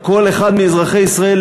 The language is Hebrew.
כל אחד מאזרחי ישראל,